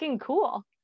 cool